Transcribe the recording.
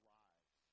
lives